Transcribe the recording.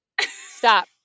stop